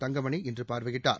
தங்கமணி இன்று பார்வையிட்டார்